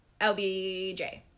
LBJ